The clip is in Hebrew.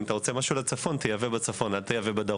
אם אתה רוצה לייבא משהו לצפון תייבא בצפון ולא בדרום,